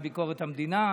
הוועדה לביקורת המדינה,